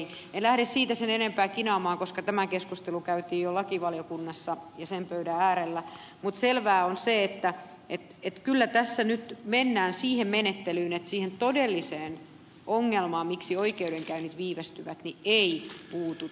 en lähde siitä sen enempää kinaamaan koska tämä keskustelu käytiin jo lakivaliokunnassa ja sen pöydän äärellä mutta selvää on se että kyllä tässä nyt mennään siihen menettelyyn että siihen todelliseen ongelmaan miksi oikeudenkäynnit viivästyvät ei puututa